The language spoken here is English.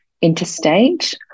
interstate